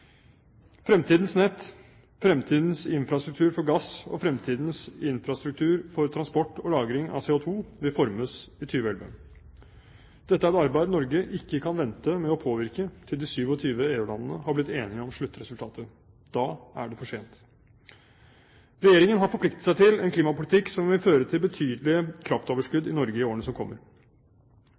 Fremtidens nett, fremtidens infrastruktur for gass og fremtidens infrastruktur for transport og lagring av CO2vil formes i 2011. Dette er et arbeid Norge ikke kan vente med å påvirke til de 27 EU-landene har blitt enige om sluttresultatet. Da er det for sent. Regjeringen har forpliktet seg til en klimapolitikk som vil føre til betydelig kraftoverskudd i Norge i årene som kommer.